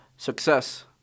Success